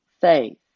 faith